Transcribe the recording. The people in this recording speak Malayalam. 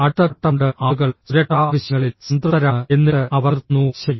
അടുത്ത ഘട്ടമുണ്ട് ആളുകൾ സുരക്ഷാ ആവശ്യങ്ങളിൽ സംതൃപ്തരാണ് എന്നിട്ട് അവർ നിർത്തുന്നു ശരി